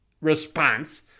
response